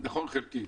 נכון חלקית.